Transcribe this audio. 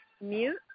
mute